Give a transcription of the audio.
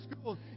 schools